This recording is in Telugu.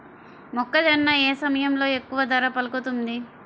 మొక్కజొన్న ఏ సమయంలో ఎక్కువ ధర పలుకుతుంది?